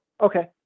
Okay